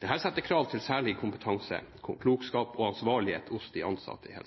Dette setter krav til særlig kompetanse, klokskap og